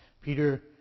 Peter